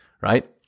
right